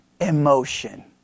Emotion